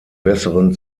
besseren